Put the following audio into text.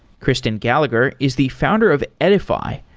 kristen gallagher is the founder of edify,